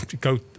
go